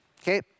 okay